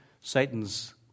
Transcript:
Satan's